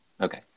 Okay